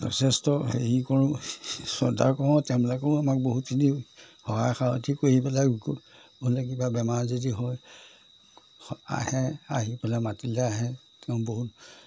যথেষ্ট হেৰি কৰোঁ শ্ৰদ্ধা কৰোঁ তেওঁলোকেও আমাক বহুতখিনি সহায় সাৰথি কৰি পেলাই বোলে কিবা বেমাৰ আজাৰ যদি হয় আহে আহি পেলাই মাতিলে আহে তেওঁ বহুত